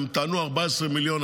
הם טענו 14 מיליון.